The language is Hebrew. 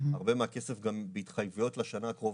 הרבה מהכסף גם בהתחייבויות לשנה הקרובה.